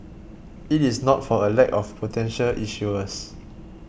it is not for a lack of potential issuers